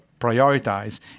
prioritize